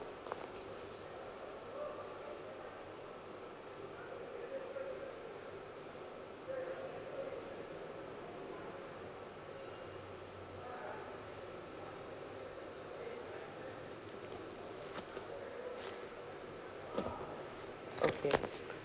okay